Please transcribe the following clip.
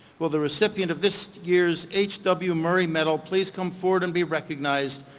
will the recipient of this year's h w. murray medal please come forward and be recognized,